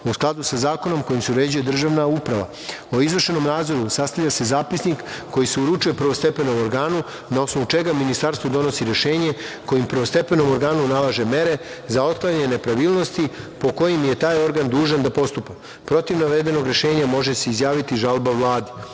u skladu sa zakonom kojim se uređuje državna uprava. O izvršenom nadzoru sastavlja se zapisnik koji se uručuje prvostepenom organu, na osnovu čega ministarstvo donosi rešenje kojim prvostepenom organu nalaže mere za otklanjanje nepravilnosti po kojima je taj organ dužan da postupa. Protiv navedenog rešenja može se izjaviti žalba Vladi.